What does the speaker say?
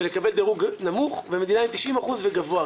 ולקבל דרוג נמוך, ומדינה עם 90% וגבוה.